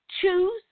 choose